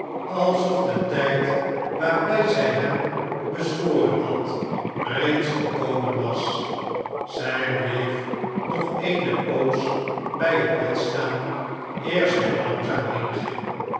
alsof de tijd waarbij zij hem bezworen had reeds gekomen was zij bleef nog eene poos bij het bed staan eer zij iangzaam heenging